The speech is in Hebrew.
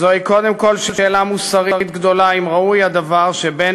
"וזוהי קודם כול שאלה מוסרית גדולה אם ראוי הדבר שבן